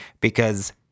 because-